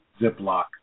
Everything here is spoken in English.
Ziploc